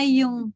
yung